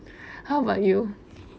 how about you